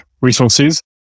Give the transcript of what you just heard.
resources